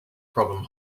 problem